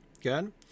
good